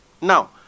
now